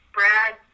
Brad